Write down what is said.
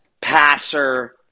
passer